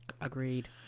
Agreed